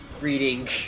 reading